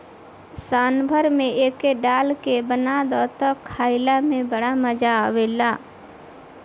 सांभर में एके डाल के बना दअ तअ खाइला में बड़ा मजा आवेला